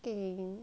给